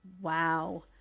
wow